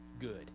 good